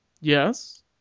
Yes